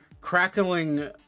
crackling